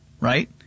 right